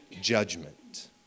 judgment